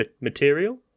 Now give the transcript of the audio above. material